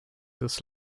this